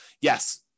yes